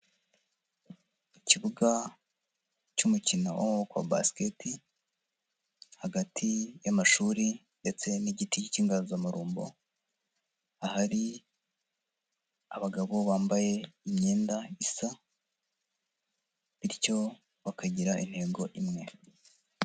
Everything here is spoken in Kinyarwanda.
Mu kibuga cy'umukino wa Basket hagati y'amashuri ndetse n'igiti cy'inganzamarumbo, ahari abagabo bambaye imyenda isa bityo bakagira intego imwe.